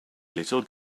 little